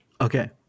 Okay